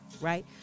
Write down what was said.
right